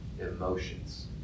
emotions